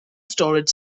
storage